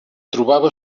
trobava